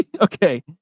Okay